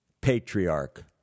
patriarch